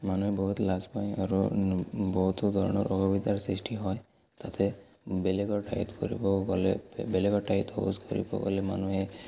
মানুহে বহুত লাজ পায় আৰু বহুতো ধৰণৰ অসুবিধাৰ সৃষ্টি হয় তাতে বেলেগৰ ঠাইত কৰিব গ'লে বেলেগৰ ঠাইত শৌচ কৰিব গ'লে মানুহে